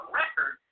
record